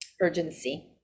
urgency